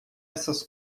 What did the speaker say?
essas